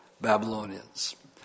Babylonians